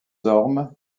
ormes